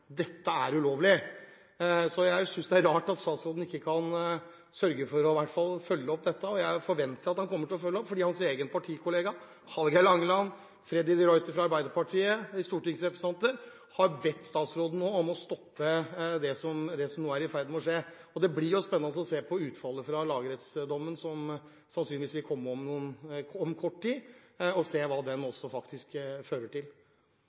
dette er ulovlig. Jeg synes det er rart at statsråden ikke kan sørge for å følge opp dette. Jeg forventer at han kommer til å følge det opp fordi hans egen partikollega Hallgeir H. Langeland og Freddy de Ruiter fra Arbeiderpartiet, begge stortingsrepresentanter, har bedt statsråden om å stoppe det som nå er i ferd med å skje. Det blir spennende å se på utfallet fra lagrettsdommen som sannsynligvis vil komme om kort tid, og se hva den faktisk fører til.